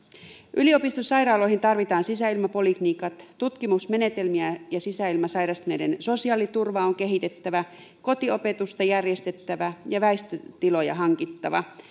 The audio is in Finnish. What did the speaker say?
yliopistosairaaloihin tarvitaan sisäilmapoliklinikat tutkimusmenetelmiä ja sisäilmasairastuneiden sosiaaliturvaa on kehitettävä kotiopetusta järjestettävä ja väistötiloja hankittava